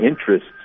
interests